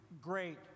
great